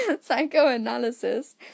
psychoanalysis